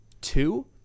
two